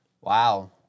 Wow